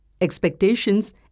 expectations